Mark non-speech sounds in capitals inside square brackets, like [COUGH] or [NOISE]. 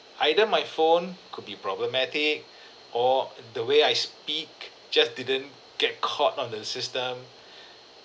either my phone could be problematic [BREATH] or the way I speak just didn't get caught on the system [BREATH]